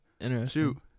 interesting